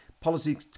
Policy